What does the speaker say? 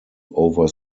over